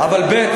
אבל ב.